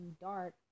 dark